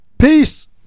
Peace